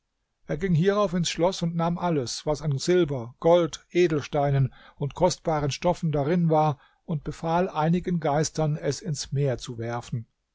er ging hierauf ins schloß und nahm alles was an silber gold edelsteinen und kostbaren stoffen darin war und befahl einigen geistern es ins meer zu werfen